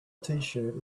tshirt